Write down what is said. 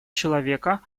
человека